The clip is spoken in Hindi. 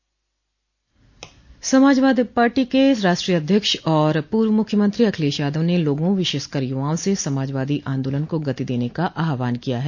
समाजवादी पार्टी के राष्ट्रीय अध्यक्ष और पूर्व मुख्यमंत्री अखिलेश यादव ने लोगों विशेषकर युवाओं से समाजवादी आन्दोलन को गति देने का आहवान किया है